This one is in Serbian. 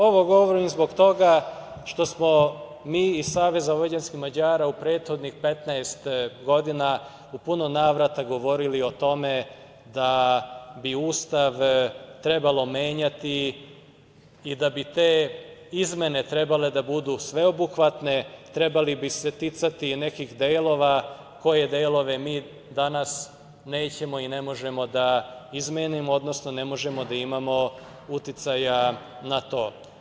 Ovo govorim zbog toga što smo mi iz SVM u prethodnih 15 godina u puno navrata govorili o tome da bi Ustav trebalo menjati i da bi te izmene trebale da budu sveobuhvatne, trebalo bi se ticati nekih delova, koje delove mi danas nećemo i ne možemo da izmenimo, odnosno ne možemo da imamo uticaja na to.